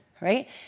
right